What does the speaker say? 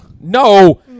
No